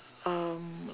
um